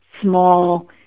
small